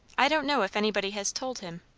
i don't know if anybody has told him.